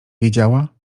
wiedziała